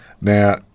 Now